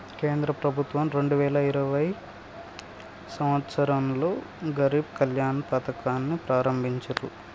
కేంద్ర ప్రభుత్వం రెండు వేల ఇరవైయవ సంవచ్చరంలో గరీబ్ కళ్యాణ్ పథకాన్ని ప్రారంభించిర్రు